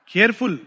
Careful